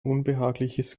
unbehagliches